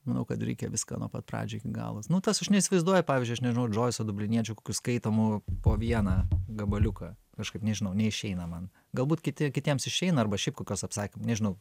manau kad reikia viską nuo pat pradžių iki galo nu tas aš neįsivaizduoju pavyzdžiui aš nežinau džoiso dubliniečio skaitomų po vieną gabaliuką kažkaip nežinau neišeina man galbūt kiti kitiems išeina arba šiaip kokios apsakym nežinau